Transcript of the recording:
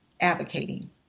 advocating